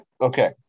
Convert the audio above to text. okay